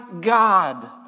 God